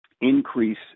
increase